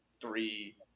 three